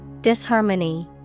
Disharmony